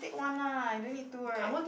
take one lah you don't need two [right]